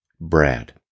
brad